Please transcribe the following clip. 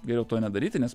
geriau to nedaryti nes